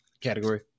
category